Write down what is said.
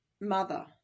mother